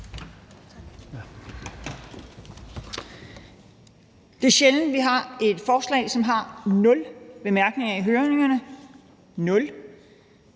Det er sjældent, at vi har et forslag, som har nul bemærkninger i høringerne –